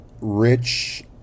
rich